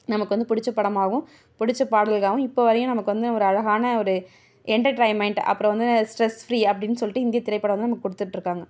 நமக்கு வந்து பிடிச்ச படமாகவும் பிடிச்ச பாடல்களாகவும் இப்போ வரையும் நமக்கு வந்து ஒரு அழகான ஒரு என்டர்ட்ரெய்மெண்ட் அப்புறம் வந்து ஸ்ட்ரெஸ் ஃப்ரீ அப்படின் சொல்லிட்டு இந்திய திரைப்படம் வந்து நமக்கு கொடுத்துட்ருக்காங்க